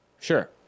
Sure